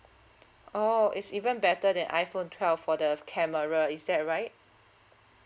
oh it's even better than iphone twelve for the camera is that right